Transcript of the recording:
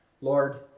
Lord